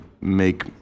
make